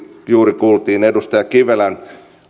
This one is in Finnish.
juuri kuultiin edustaja kivelän